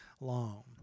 long